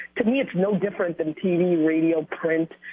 to me, it's no different than tv, radio, print,